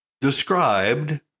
described